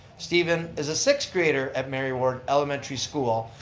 steven is a sixth grader at mary ward elementary school.